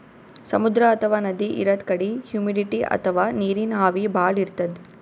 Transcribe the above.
ಸಮುದ್ರ ಅಥವಾ ನದಿ ಇರದ್ ಕಡಿ ಹುಮಿಡಿಟಿ ಅಥವಾ ನೀರಿನ್ ಆವಿ ಭಾಳ್ ಇರ್ತದ್